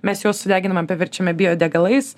mes juos sudeginame paverčiama biodegalais